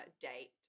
date